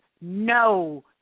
no